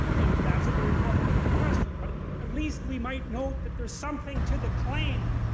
and that's a very complicated question, but at least we might know that there's something to the claim.